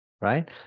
right